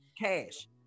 cash